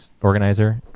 organizer